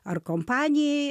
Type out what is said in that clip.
ar kompanijai